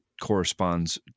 corresponds